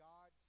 God